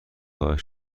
خواهد